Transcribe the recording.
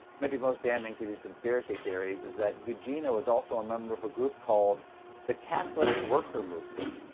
maybe most damning to these conspiracy theories is that gugino is also a member of a group called the catholic worker movement.